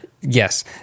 Yes